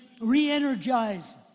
re-energize